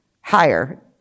higher